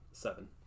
seven